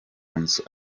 nzu